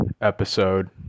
Episode